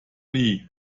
nie